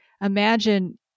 imagine